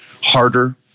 harder